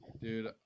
dude